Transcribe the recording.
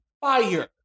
fire